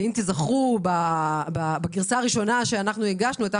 אם תיזכרו בגרסה הראשונה שהגשנו תראו שהיא